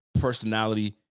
personality